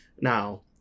now